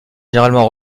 généralement